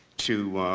to